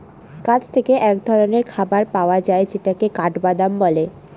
গাছ থেকে এক ধরনের খাবার পাওয়া যায় যেটাকে কাঠবাদাম বলে